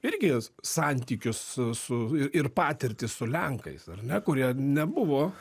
irgi santykius su ir ir patirtis su lenkais ar ne kurie nebuvo